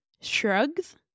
Shrugs